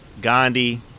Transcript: Gandhi